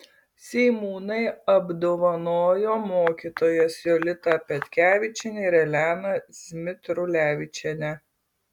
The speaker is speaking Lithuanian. seimūnai apdovanojo mokytojas jolitą petkevičienę ir eleną zmitrulevičienę